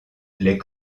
les